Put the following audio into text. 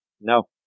No